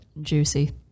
Juicy